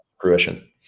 fruition